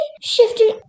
shifting